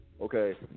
Okay